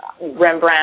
Rembrandt